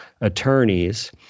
attorneys